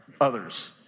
others